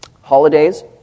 Holidays